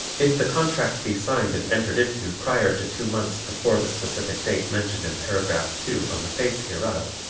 if the contract be signed and entered into prior to two months before the specific date mentioned in paragraph two on the face hereof,